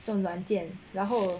这种软件然后